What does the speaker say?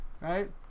right